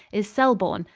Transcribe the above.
is selborne,